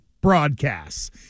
broadcasts